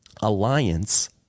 alliance